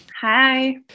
Hi